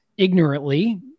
ignorantly